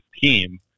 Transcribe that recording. team